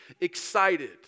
excited